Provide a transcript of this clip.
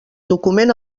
document